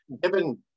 given